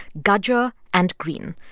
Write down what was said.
gudger and greene.